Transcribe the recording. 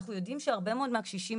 אנחנו יודעים שהרבה מאוד מהקשישים,